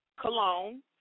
Cologne